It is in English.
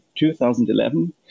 2011